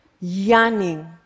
yearning